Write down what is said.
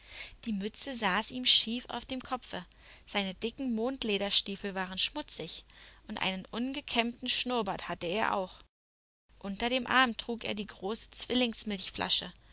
die mütze saß ihm schief auf dem kopfe seine dicken mondlederstiefel waren schmutzig und einen ungekämmten schnurrbart hatte er auch unter dem arm trug er die große